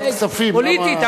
פוליטית.